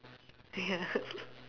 ya